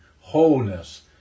wholeness